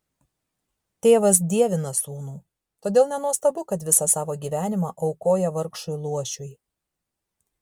tėvas dievina sūnų todėl nenuostabu kad visą savo gyvenimą aukoja vargšui luošiui